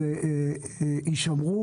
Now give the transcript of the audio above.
הוא יישמר.